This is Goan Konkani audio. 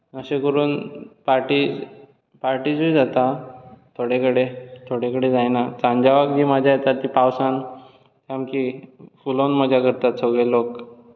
अशें करून पार्टी पार्टीजूय जाता थोडे कडेन थोडे कडेन जायना सांजावाक मज्जा येता ती पावसांत सामकी फुलोन मज्जा करतात सगळे लोक